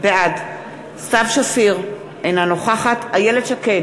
בעד סתיו שפיר, אינה נוכחת איילת שקד,